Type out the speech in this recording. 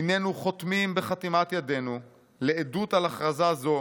היננו חותמים בחתימת ידנו לעדות על הכרזה זו,